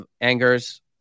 Angers